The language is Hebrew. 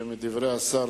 היושב-ראש,